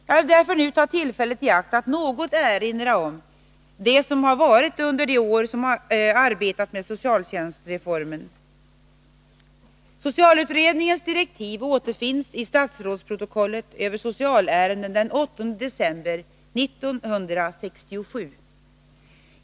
Jag vill därför nu ta tillfället i akt att något erinra om det som har varit under de år som arbetet med socialtjänstreformen har pågått. Socialutredningens direktiv återfinns i statsrådsprotokollet över socialärenden den 8 december 1967.